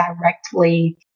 directly